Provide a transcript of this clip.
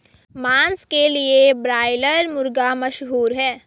मांस के लिए ब्रायलर मुर्गा मशहूर है